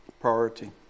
priority